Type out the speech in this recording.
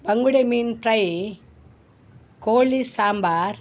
ಬಂಗುಡೆ ಮೀನು ಫ್ರೈ ಕೋಳಿ ಸಾಂಬಾರ್